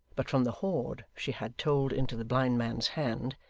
but from the hoard she had told into the blind man's hand,